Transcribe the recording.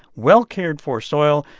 well-cared-for soil,